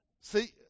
See